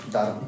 Dar